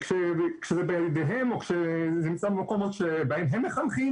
כשנמצא במקומות שבהם הם מחנכים